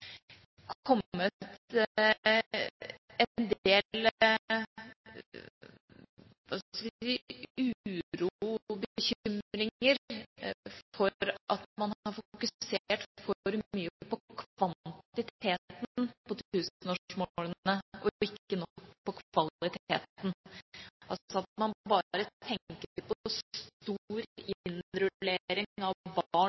kommet en del, hva skal vi si, uro og bekymringer for at man har fokusert for mye på kvantiteten på tusenårsmålene, og ikke nok på kvaliteten, at man bare tenker på stor innrullering av barn på skole eller barn i